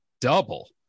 double